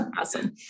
Awesome